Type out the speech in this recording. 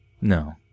No